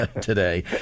today